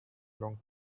long